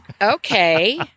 okay